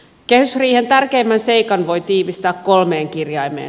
kehysriihen tärkeimmän seikan voi tiivistää kolmeen kirjaimeen